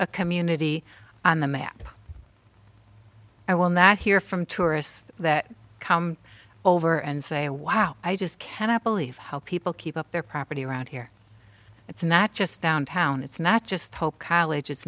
a community on the map i will not hear from tourists that come over and say wow i just cannot believe how people keep up their property around here it's not just downtown it's not just hope college it's